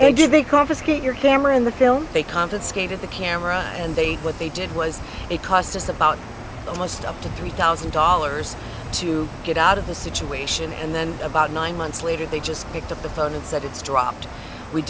we did they confiscate your camera in the film they confiscated the camera and they what they did was it cost us about almost up to three thousand dollars to get out of the situation and then about nine months later they just picked up the phone and said it's dropped we